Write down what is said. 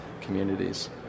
communities